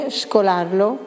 scolarlo